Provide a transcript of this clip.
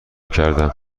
کردم